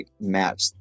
match